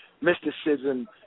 Mysticism